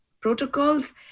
protocols